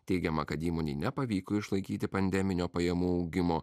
teigiama kad įmonei nepavyko išlaikyti pandeminio pajamų augimo